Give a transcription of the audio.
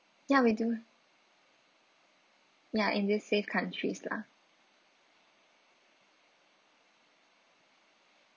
ya we do ya in the safe countries lah